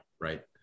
right